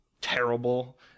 terrible